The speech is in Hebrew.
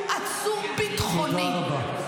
הוא עצור ביטחוני.